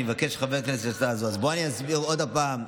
אני מבקש, חברי הכנסת, בואו, אסביר עוד פעם.